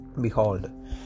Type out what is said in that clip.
Behold